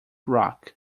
rock